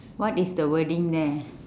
what is the wording there